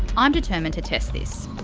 um determined to test this.